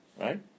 right